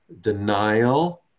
denial